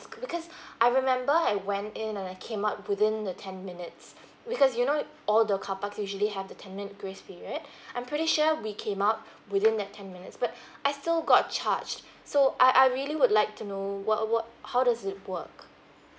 be~ because I remember I went in and I came out within the ten minutes because you know all the car parks usually have the ten minute grace period I'm pretty sure we came out within that ten minutes but I still got charged so I I really would like to know what what how does it work